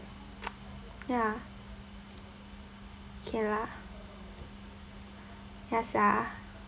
ya okay lah ya sia